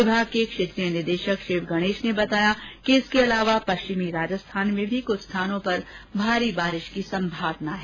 विभाग के क्षेत्रीय निदेशक शिव गणेश ने बताया कि इसके अलावा पश्चिमी राजस्थान में भी कुछ स्थानों पर भारी बारिश की संभावना है